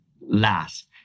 last